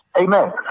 Amen